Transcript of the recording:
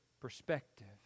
perspective